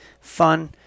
fun